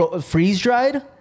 freeze-dried